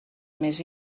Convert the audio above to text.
més